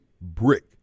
brick